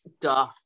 Duh